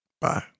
Bye